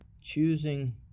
choosing